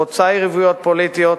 חוצה יריבויות פוליטיות,